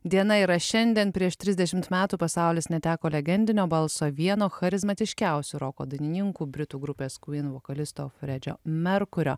diena yra šiandien prieš trisdešimt metų pasaulis neteko legendinio balso vieno charizmatiškiausių roko dainininkų britų grupės queen vokalisto fredžio merkurio